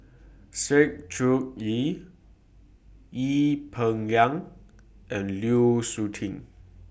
Sng Choon Yee Ee Peng Liang and Lu Suitin